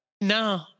No